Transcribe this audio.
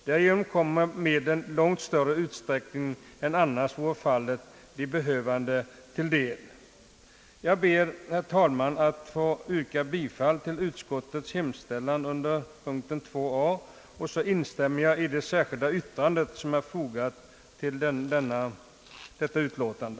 Dessutom kommer medlen i långt större utsträckning än som annars är fallet de behövande till del. Jag ber, herr talman, att få yrka bifall till utskottets hemställan under punkten IIA och instämmer i det särskilda yttrande som är fogat till detta betänkande.